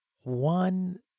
one